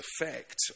effect